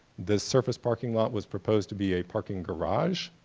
the surface parking lot was proposed to be a parking garage,